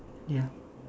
ya